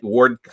Ward